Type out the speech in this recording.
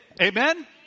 Amen